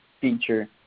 feature